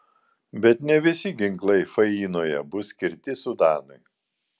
bet ne visi ginklai fainoje buvo skirti sudanui